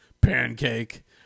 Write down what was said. Pancake